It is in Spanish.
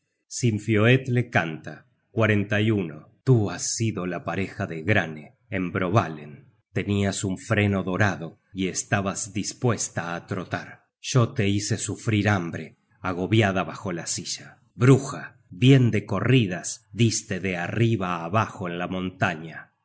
tus crímenes te han hecho célebre sinfioetle canta tú has sido la pareja de granne en brovalen tenias un freno dorado y estabas dispuesta á trotar yo te hice sufrir hambre agobiada bajo la silla bruja bien de corridas diste de arriba abajo en la montaña tus